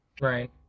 Right